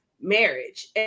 marriage